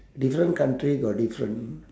different country got different